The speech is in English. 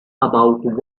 about